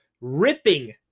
ripping